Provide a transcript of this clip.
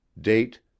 date